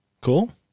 Cool